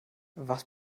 was